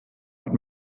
hat